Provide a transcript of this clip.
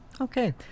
Okay